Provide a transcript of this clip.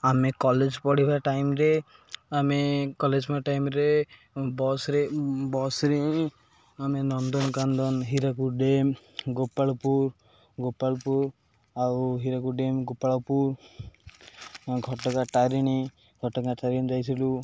ଆମେ କଲେଜ ପଢ଼ିବା ଟାଇମରେ ଆମେ କଲେଜ ପଢ଼ା ଟାଇମରେ ବସ୍ରେ ବସ୍ରେ ଆମେ ନନ୍ଦନକାନନ ହୀରାକୁଦ ଡ୍ୟାମ୍ ଗୋପାଳପୁର ଗୋପାଳପୁର ଆଉ ହୀରାକୁଦ ଡ୍ୟାମ୍ ଗୋପାଳପୁର ଘଟଗାଁ ତାରିଣୀ ଘଟଗାଁ ତାରିଣୀ ଯାଇଥିଲୁ